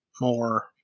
more